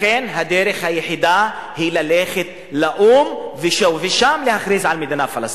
לכן הדרך היחידה היא ללכת לאו"ם ושם להכריז על מדינה פלסטינית.